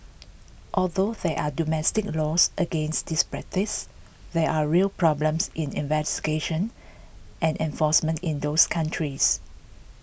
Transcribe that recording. although there are domestic laws against this practice there are real problems in investigation and enforcement in those countries